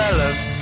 love